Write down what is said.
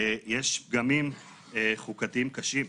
יש פגמים חוקתיים קשים.